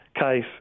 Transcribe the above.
case